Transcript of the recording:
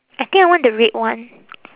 I think I want the red one